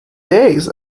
days